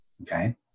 Okay